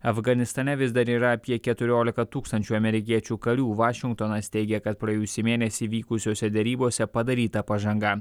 afganistane vis dar yra apie keturiolika tūkstančių amerikiečių karių vašingtonas teigia kad praėjusį mėnesį vykusiose derybose padaryta pažanga